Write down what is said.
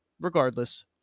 Regardless